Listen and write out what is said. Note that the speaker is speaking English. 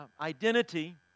identity